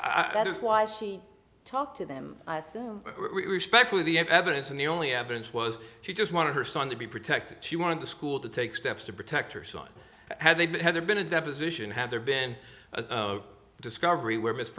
got is why she talked to them respect with the evidence and the only evidence was she just wanted her son to be protected she wanted the school to take steps to protect her son had they been had there been a deposition had there been a discovery where